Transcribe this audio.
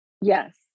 Yes